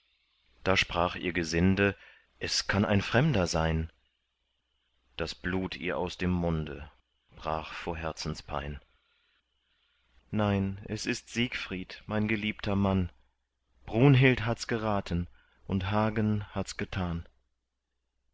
da sprach ihr gesinde es kann ein fremder sein das blut ihr aus dem munde brach vor herzenspein nein es ist siegfried mein geliebter mann brunhild hats geraten und hagen hats getan